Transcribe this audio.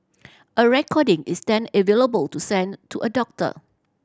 a recording is then available to send to a doctor